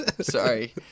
Sorry